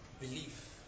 belief